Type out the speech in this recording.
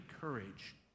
courage